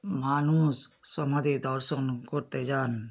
মানুষ সমাধি দর্শন করতে যান